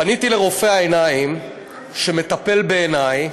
פניתי לרופא העיניים שמטפל בעיני,